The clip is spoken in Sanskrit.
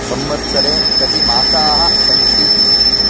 संवत्सरे कति मासाः सन्ति